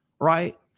Right